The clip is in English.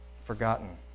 Forgotten